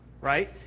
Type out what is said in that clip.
right